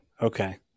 Okay